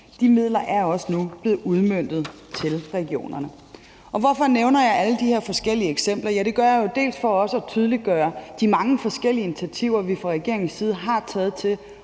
De midler er nu blevet udmøntet til regionerne. Hvorfor nævner jeg alle de her forskellige eksempler? Det gør jeg både for at tydeliggøre de mange forskellige initiativer, vi fra regeringens side har taget til